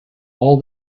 all